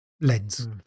lens